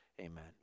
Amen